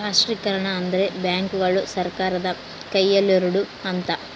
ರಾಷ್ಟ್ರೀಕರಣ ಅಂದ್ರೆ ಬ್ಯಾಂಕುಗಳು ಸರ್ಕಾರದ ಕೈಯಲ್ಲಿರೋಡು ಅಂತ